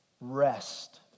Rest